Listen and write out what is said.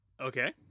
Okay